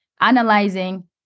analyzing